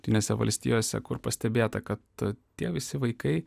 jungtinėse valstijose kur pastebėta kad tie visi vaikai